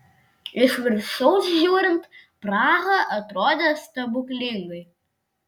iš viršaus žiūrint praha atrodė stebuklingai